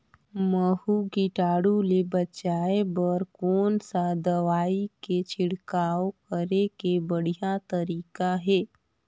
महू कीटाणु ले बचाय बर कोन सा दवाई के छिड़काव करे के बढ़िया तरीका हे?